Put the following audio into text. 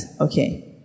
Okay